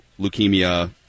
leukemia